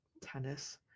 tennis